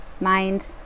mind